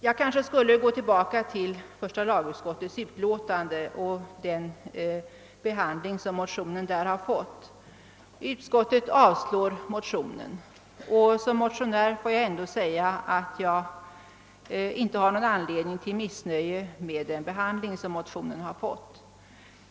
Jag vill härefter gå tillbaka till första lagutskottets utlåtande och till den behandling som motionen där fått. Utskottet avstyrker bifall till motionen. Som motionär måste jag ändå säga att jag inte har någon anledning att vara missnöjd med den behandling motionen fått.